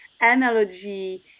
analogy